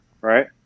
Right